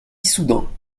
issoudun